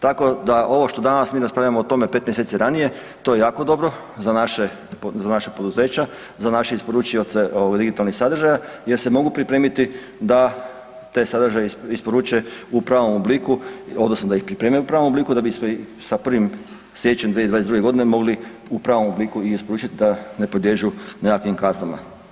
Tako da ovo što danas mi raspravljamo o tome 5 mjeseci ranije to je jako dobro za naše, za naša poduzeća, za naše isporučioce ovoga digitalnih sadržaja jer se mogu pripremiti da te sadržaje isporuče u pravom obliku odnosno da ih pripreme u pravom obliku da bismo ih sa 1. siječnjem 2022. godine mogli u pravom obliku i isporučiti da ne podliježu nekakvim kaznama.